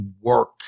work